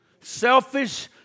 Selfish